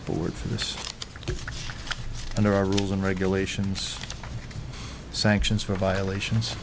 board for this and there are rules and regulations sanctions for violations